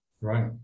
Right